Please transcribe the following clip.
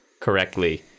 correctly